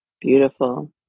Beautiful